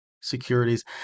securities